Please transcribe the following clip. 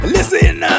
Listen